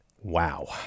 Wow